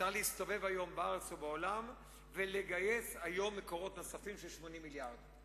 צריך להסתובב היום בארץ ובעולם ולגייס מקורות נוספים של 80 מיליארד שקל.